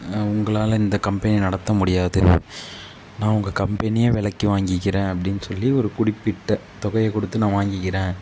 உங்களால் இந்த கம்பெனியை நடத்த முடியாது நான் உங்கள் கம்பெனியை விலைக்கு வாங்கிக்கிறேன் அப்டின்னு சொல்லி ஒரு குறிப்பிட்ட தொகையை கொடுத்து நான் வாங்கிக்கிறேன்